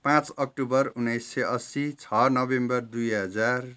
पाँच अक्टोबर उन्नाइस सय अस्सी छ नोभेम्बर दुई हजार